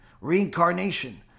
reincarnation